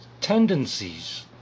tendencies